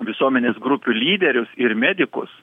visuomenės grupių lyderius ir medikus